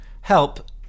help